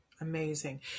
Amazing